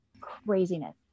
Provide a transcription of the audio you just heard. craziness